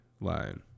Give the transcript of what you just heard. line